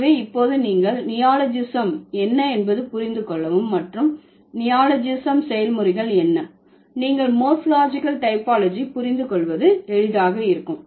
எனவே இப்போது நீங்கள் நியோலாஜிசம் என்ன என்பது புரிந்து கொள்ளவும் மற்றும் நியோலாஜிசம் செயல்முறைகள் என்ன நீங்கள் மோர்பாலஜிகல் டைபாலஜி புரிந்து கொள்வது எளிதாக இருக்கும்